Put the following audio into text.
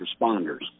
responders